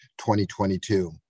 2022